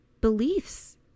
beliefs